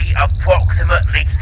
approximately